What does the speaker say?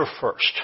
first